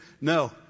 No